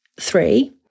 three